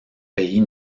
pays